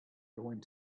going